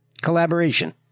collaboration